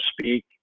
speak